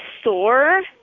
store